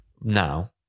now